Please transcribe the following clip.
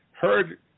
heard